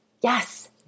Yes